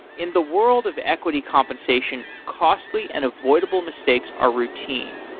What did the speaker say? in the world of equity compensation, costly and avoidable mistakes are routine,